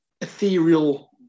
ethereal